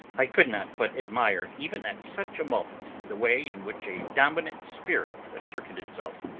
i could not but admire, even at such a moment, the way in which a dominant spirit asserted itself.